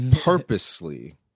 purposely